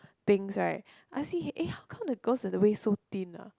things right I see eh how come the girls the waist so thin ah